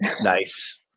nice